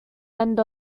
end